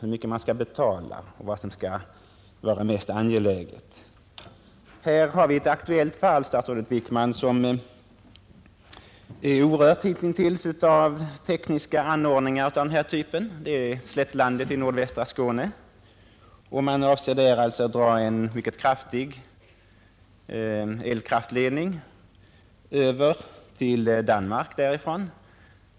Hur mycket skall man betala och vad är mest angeläget? Här har vi ett aktuellt område, statsrådet Wickman, som är orört hittills av tekniska anordningar av denna typ, nämligen slättlandet i nordvästra Skåne. Man avser att där dra fram en mycket skrymmande elkraftledning till Danmark.